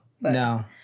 No